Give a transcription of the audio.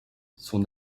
son